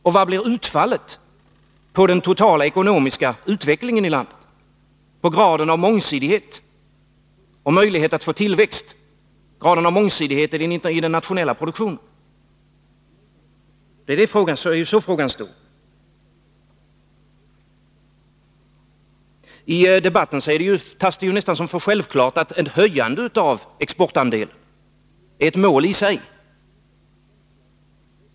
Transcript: Och vad blir utfallet på den totala ekonomiska utvecklingen i landet, på graden av mångsidighet i den nationella produktionen och möjligheten att få tillväxt? Det är så frågan står. I debatten tas det nästan som självklart att ett höjande av exportandelen är ett mål i sig.